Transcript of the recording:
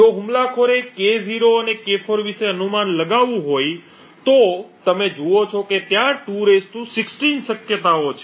જો હુમલાખોરે K0 અને K4 વિશે અનુમાન લગાવવું હોય તો તમે જુઓ કે ત્યાં 2 16 શક્યતાઓ છે